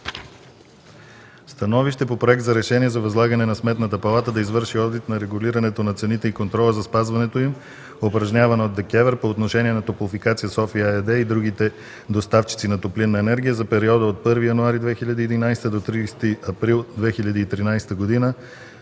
разгледа Проекта за решение за възлагане на Сметната палата да извърши одит на регулирането на цените и контрола за спазването им, упражняван от ДКЕВР по отношение на „Топлофикация – София” ЕАД и другите доставчици на топлинна енергия за периода от 1 януари 2011 г. до 30 април 2013 г.,